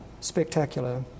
spectacular